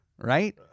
Right